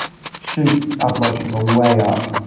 shoots our blood sugar way up.